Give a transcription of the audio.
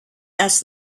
asked